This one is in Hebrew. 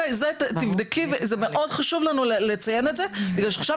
זה מאוד חשוב לנו לציין את זה בגלל שעכשיו